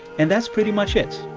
and that's pretty much it.